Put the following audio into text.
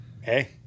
Hey